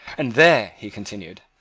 and there, he continued,